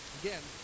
again